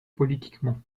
politiquement